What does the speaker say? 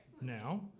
now